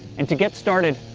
and to get started,